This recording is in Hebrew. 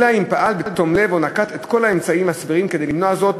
אלא אם פעל בתום לב או נקט את כל האמצעים הסבירים כדי למנוע זאת.